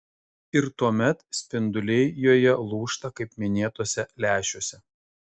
ir tuomet spinduliai joje lūžta kaip minėtuose lęšiuose